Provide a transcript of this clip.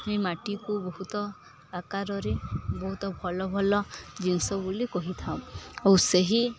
ଆମ ମାଟିକୁ ବହୁତ ଆକାରରେ ବହୁତ ଭଲ ଭଲ ଜିନିଷ ବୋଲି କହିଥାଉ ଆଉ ସେହି